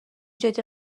جدی